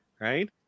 right